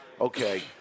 okay